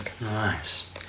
Nice